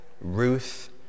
Ruth